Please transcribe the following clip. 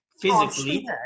physically